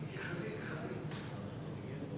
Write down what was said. לוועדת הפנים והגנת הסביבה נתקבלה.